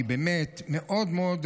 יסמין שהיא באמת מאוד מאוד,